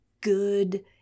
good